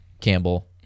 Campbell